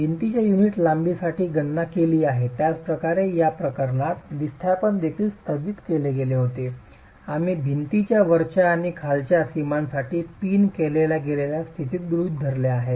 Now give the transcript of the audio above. भिंतींच्या युनिट लांबीसाठी गणना केली गेली आहे त्याचप्रकारे या प्रकरणात विस्थापन देखील स्थापित केले गेले होते आम्ही भिंतीच्या वरच्या आणि खालच्या सीमांसाठी पिन केलेला केलेले स्थिती गृहित धरले आहे